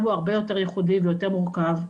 הוא הרבה יותר ייחודי ויותר מורכב.